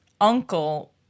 uncle